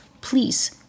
please